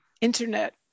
internet